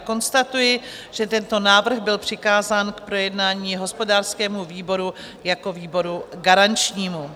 Konstatuji, že tento návrh byl přikázán k projednání hospodářskému výboru jako výboru garančnímu.